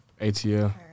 ATL